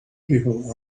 people